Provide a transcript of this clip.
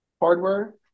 hardware